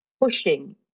pushing